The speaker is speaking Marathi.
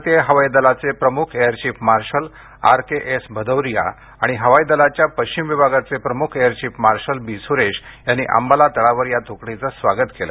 भारतीय हवाई दलाचे प्रमुख air chief marshal RKS Bhadauria आणि हवाई दलाच्या पश्चिम विभागाचे प्रमुख air chief marshal B Suresh यांनी अंबाला तळावर या तुकडीचं स्वागत केलं